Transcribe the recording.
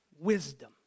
Wisdom